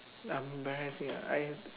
embarrassing I